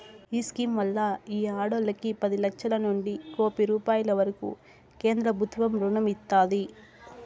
ఈ స్కీమ్ వల్ల ఈ ఆడోల్లకి పది లచ్చలనుంచి కోపి రూపాయిల వరకూ కేంద్రబుత్వం రుణం ఇస్తాది